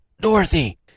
Dorothy